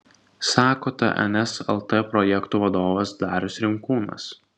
sako tns lt projektų vadovas darius rinkūnas